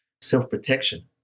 self-protection